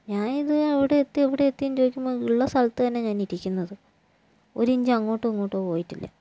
ഞാനിത് എവിടെയെത്തി എവിടെയെത്തി ചോദിക്കുമ്പോൾ ഉള്ള സ്ഥലത്ത് തന്നെ ഞാനിരിക്കുന്നത് ഒരിഞ്ച് അങ്ങോട്ടോ ഇങ്ങോട്ടോ പോയിട്ടില്ല